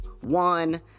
one